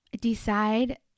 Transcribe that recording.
decide